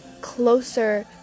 closer